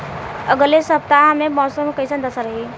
अलगे सपतआह में मौसम के कइसन दशा रही?